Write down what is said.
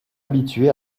habitués